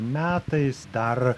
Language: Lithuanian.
metais dar